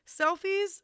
Selfies